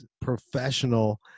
professional